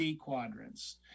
quadrants